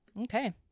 Okay